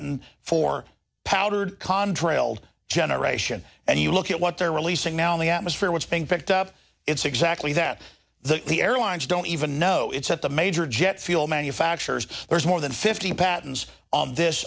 patent for powdered contrail generation and you look at what they're releasing now in the atmosphere what's being picked up it's exactly that the airlines don't even know it's at the major jet fuel manufacturers there's more than fifty patents on this